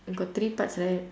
you got three parts right